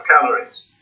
calories